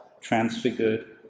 transfigured